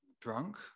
drunk